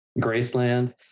Graceland